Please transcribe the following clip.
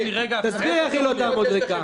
--- תסביר איך היא לא תעמוד ריקה.